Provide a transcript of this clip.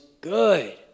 good